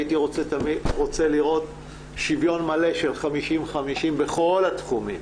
הייתי רוצה לראות שוויון מלא של 50-50 בכל התחומים.